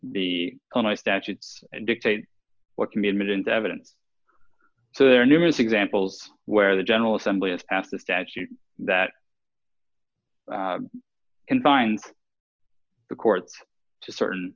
my statutes dictate what can be admitted into evidence so there are numerous examples where the general assembly is as the statute that can find the courts to certain